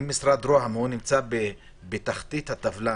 נמצא בתחתית הטבלה